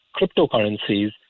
cryptocurrencies